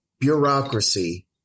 bureaucracy